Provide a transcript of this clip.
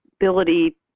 ability